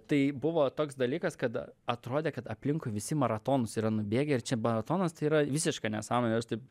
tai buvo toks dalykas kad atrodė kad aplinkui visi maratonus yra nubėgę ir čia maratonas tai yra visiška nesąmonė ir aš taip